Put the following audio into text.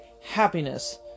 happiness